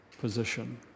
position